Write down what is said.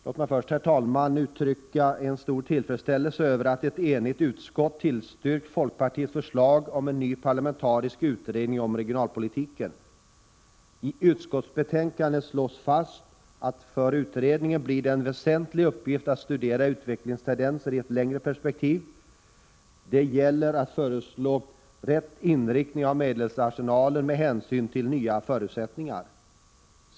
Låt mig först, herr talman, uttrycka en djup tillfredsställelse över att ett 15 enigt utskott har tillstyrkt folkpartiets förslag om en ny parlamentarisk utredning om regionalpolitiken. I utskottsbetänkandet slås fast att det för utredningen blir en väsentlig uppgift att studera utvecklingstendenser i ett längre perspektiv. Det gäller att föreslå rätt inriktning av medelsarsenalen med hänsyn till nya förutsättningar.